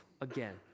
again